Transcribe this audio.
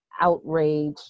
outrage